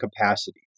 capacity